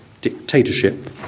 dictatorship